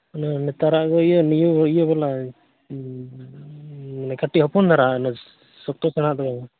ᱚᱱᱟ ᱱᱮᱛᱟᱨᱟᱜ ᱜᱮ ᱤᱭᱟᱹ ᱤᱭᱟᱹ ᱵᱮᱱᱟᱣᱮᱱ ᱦᱩᱸ ᱢᱟᱱᱮ ᱠᱟᱹᱴᱤᱡ ᱦᱚᱯᱚᱱ ᱫᱷᱟᱨᱟ ᱚᱱᱮ ᱥᱚᱠᱛᱚ ᱥᱮᱬᱟ ᱦᱟᱜ ᱫᱚ ᱵᱟᱝᱟ